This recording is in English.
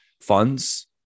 funds